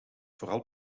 vooral